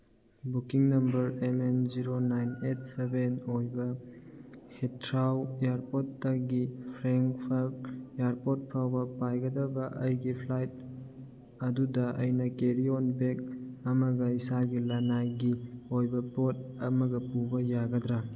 booking number M N zero nine eight seven ꯑꯣꯏꯕ Heathrow ꯏꯌꯔꯄꯣꯔꯠꯇꯒꯤ Frankfurt airport ꯐꯥꯎꯕ ꯄꯥꯏꯒꯗꯕ ꯑꯩꯒꯤ ꯐ꯭ꯂꯥꯏꯠ ꯑꯗꯨꯗ ꯑꯩꯅ ꯀꯦꯔꯤꯑꯣꯟ ꯕꯦꯛ ꯑꯃꯒ ꯏꯁꯥꯒꯤ ꯂꯅꯥꯏꯒꯤ ꯑꯣꯏꯕ ꯄꯣꯠ ꯑꯃꯒ ꯄꯨꯕ ꯌꯥꯒꯗ꯭ꯔ